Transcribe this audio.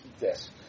Yes